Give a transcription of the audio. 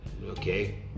okay